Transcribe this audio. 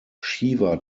shiva